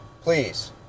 please